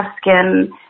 skin